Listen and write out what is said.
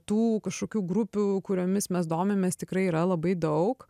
tų kažkokių grupių kuriomis mes domimės tikrai yra labai daug